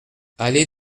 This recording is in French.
allée